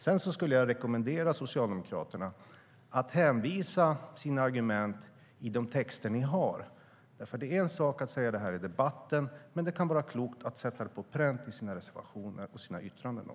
Sedan skulle jag rekommendera Socialdemokraterna att redovisa era argument i de texter ni har. Det är nämligen en sak att säga det här i debatten, men det kan vara klokt att sätta det på pränt i de egna reservationerna och yttrandena.